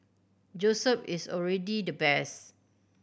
Joseph is already the best